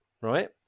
right